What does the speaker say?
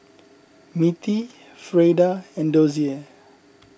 Mittie Freida and Dozier